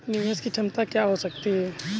निवेश की क्षमता क्या हो सकती है?